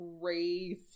crazy